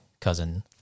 cousin